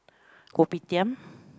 Kopitiam